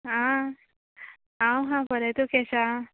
आं हांव आहां बोरें तूं केशें आहा